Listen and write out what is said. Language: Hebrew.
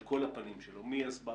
על כל הפנים שלו מהסברה,